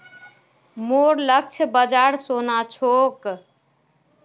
मोर लक्ष्य बाजार सोना छोक